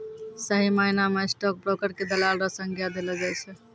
सही मायना म स्टॉक ब्रोकर क दलाल र संज्ञा देलो जाय छै